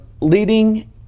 leading